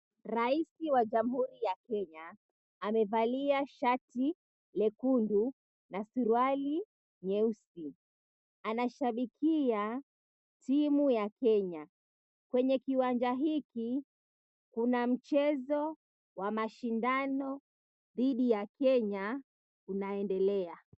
Raisi wa Jamhuri ya Kenya amevalia shati lekundu na suruali nyeusi anashabikia timu ya Kenya. Kwenye kiwanja hiki kuna mchezo wa mashindano dhidhi ya Kenya unaendelea.